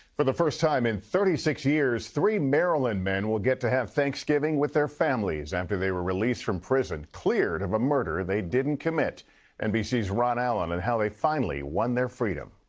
for the first time in thirty six years, three maryland men will get to have thanksgiving with their families after they were released from prison, cleared of a murder they didn't commit nbc's ron allen and how they finally won their freedom.